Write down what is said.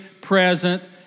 present